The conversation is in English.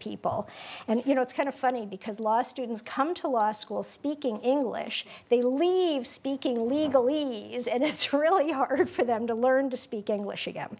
people and you know it's kind of funny because last students come to law school speaking english they leave speaking legally is and it's really hard for them to learn to speak english again